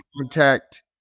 contact